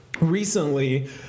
Recently